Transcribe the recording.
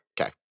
Okay